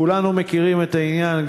כולנו מכירים את העניין,